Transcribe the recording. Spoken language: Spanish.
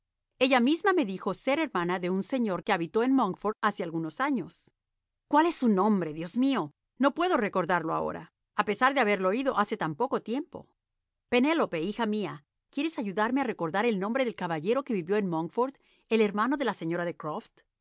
ella misma me dijo ser hermana de un señor que habitó en monkford hace algunos años cuál es su nombre dios mío no puedo recordarlo ahora a pesar de haberlo oído hace tan poco tiempo penélope hija mía quiéres ayudarme a recordar el nombre del caballero que vivióen monkford el hermano de la señora de